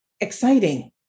exciting